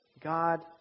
God